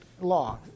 law